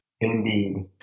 Indeed